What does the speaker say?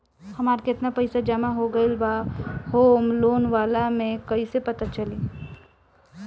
हमार केतना पईसा जमा हो गएल बा होम लोन वाला मे कइसे पता चली?